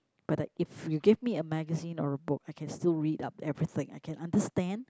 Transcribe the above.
but I if you gave me a magazine or a book I can still read up everything I can understand